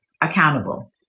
accountable